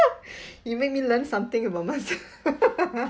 you make me learn something about myself